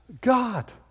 God